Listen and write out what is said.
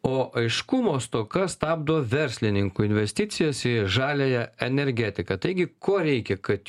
o aiškumo stoka stabdo verslininkų investicijas į žaliąją energetiką taigi ko reikia kad